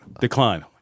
Decline